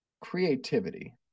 creativity